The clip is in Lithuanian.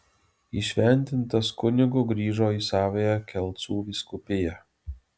įšventintas kunigu grįžo į savąją kelcų vyskupiją